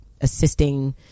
assisting